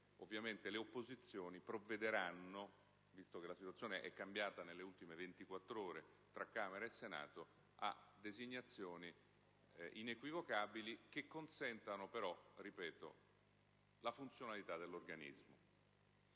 ovviamente le opposizioni provvederanno, visto che la situazione è cambiata nelle ultime ventiquattrore tra Camera e Senato, a designazioni inequivocabili che consentano però - ripeto - la funzionalità dell'organismo.